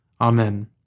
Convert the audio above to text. Amen